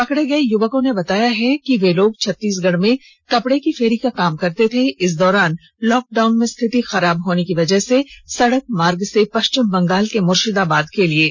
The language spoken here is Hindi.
पकड़े गए युवकों ने बताया कि वह लोग छत्तीसगढ़ में कपड़े की फेरी का काम करते थे इस दौरान लॉकडाउन में स्थिति खराब होने पर सड़क मार्ग से पश्चिम बंगाल के मुर्शिदाबाद के लिए निकल पड़े